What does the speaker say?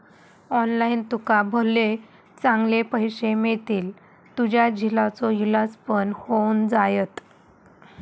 online तुका भले चांगले पैशे मिळतील, तुझ्या झिलाचो इलाज पण होऊन जायत